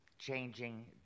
changing